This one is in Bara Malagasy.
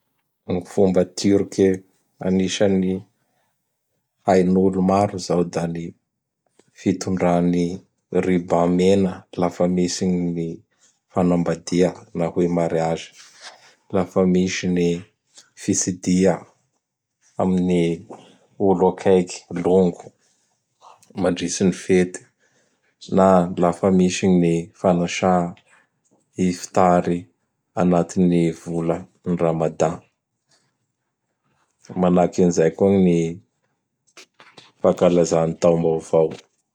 Gny fomba Turke anisan'ny hain'olo maro zao da ny fitondrà ny ruban mena lafa misy gn ny fanambadia na hoe mariazy. Lafa misy ny fitsidia amin'ny olo akaiky longo mandritsy ny fety, na lafa misy gn ny fanasà ivitary anatin'ny vola Ramadan. Manahaky an zay koa gn ny fankalazà gn taombavao.